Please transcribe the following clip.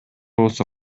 болсо